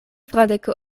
fradeko